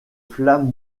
flammes